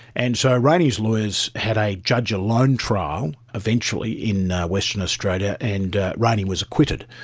and so rayney's lawyers had a judge-alone trial eventually in western australia, and rayney was acquitted.